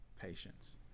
patience